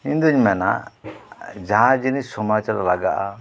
ᱤᱧᱫᱩᱧ ᱢᱮᱱᱟ ᱡᱟᱦᱟᱸ ᱡᱤᱱᱤᱥ ᱥᱚᱢᱟᱡ ᱨᱮ ᱞᱟᱜᱟᱜᱼᱟ